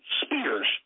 spears